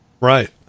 Right